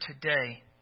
today